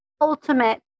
ultimate